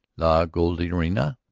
la golondrina,